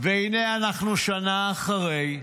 והינה אנחנו שנה אחרי,